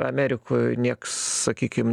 amerikoj nieks sakykim